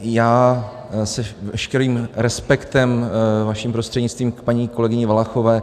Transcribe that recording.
Já s veškerým respektem, vaším prostřednictvím k paní kolegyni Valachové.